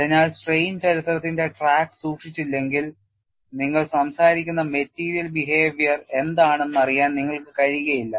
അതിനാൽ സ്ട്രെയിൻ ചരിത്രത്തിന്റെ ട്രാക്ക് സൂക്ഷിച്ചില്ലെങ്കിൽ നിങ്ങൾ സംസാരിക്കുന്ന മെറ്റീരിയല് ബിഹേവിയർ എന്താണെന്ന് അറിയാൻ നിങ്ങൾക്ക് കഴിയില്ല